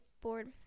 board